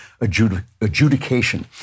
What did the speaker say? adjudication